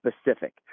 specific